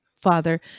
father